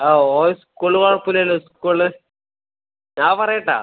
ആ ഓൻ സ്കൂള് കുഴപ്പമില്ലല്ലോ സ്കൂള് ഞാൻ പറയട്ടാ